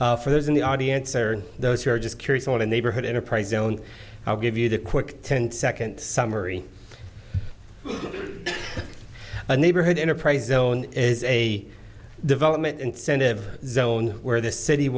t for those in the audience or those who are just curious on a neighborhood enterprise zone i'll give you the quick ten seconds summary a neighborhood enterprise zone is a development incentive zone where the city